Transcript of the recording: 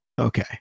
okay